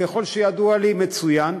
ככל שידוע לי, מצוין.